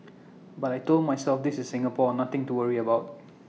but I Told myself this is Singapore nothing to worry about